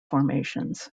formations